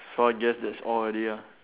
so I guess that's all already ah